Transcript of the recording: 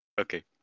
Okay